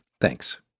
Thanks